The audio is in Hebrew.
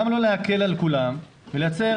למה לא להקל על כולם ולייצר